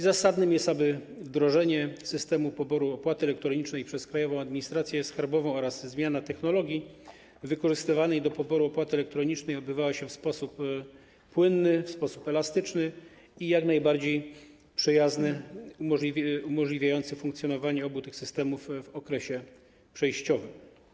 Zasadne jest, aby wdrożenie systemu poboru opłaty elektronicznej przez Krajową Administrację Skarbową oraz zmiana technologii wykorzystywanej do poboru opłaty elektronicznej odbywały się w sposób płynny, w sposób elastyczny i jak najbardziej przyjazny, umożliwiający funkcjonowanie obu tych systemów w okresie przejściowym.